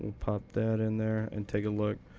we'll pop that in there and take a look.